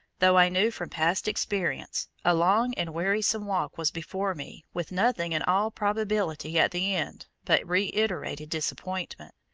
though i knew from past experience, a long and wearisome walk was before me with nothing in all probability at the end but reiterated disappointment.